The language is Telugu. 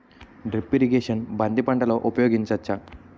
డ్రిప్ ఇరిగేషన్ బంతి పంటలో ఊపయోగించచ్చ?